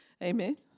Amen